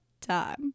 time